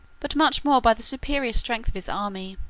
but much more by the superior strength of his army